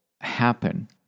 happen